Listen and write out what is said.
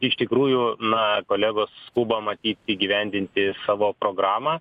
iš tikrųjų na kolegos skuba matyt įgyvendinti savo programą